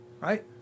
right